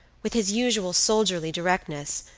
with his usual soldierly directness,